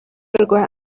rwa